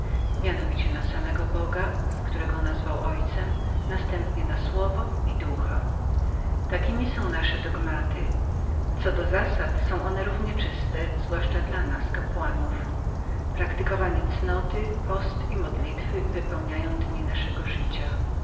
mianowicie na samego boga któremu nadał nazwisko ojca następnie na słowo i ducha te są nasze dogmata co do zasad są one równie czyste zwłaszcza dla nas kapłanów wykonywanie cnoty post modlitwa powinny składać tryb naszego życia